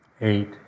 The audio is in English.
Eight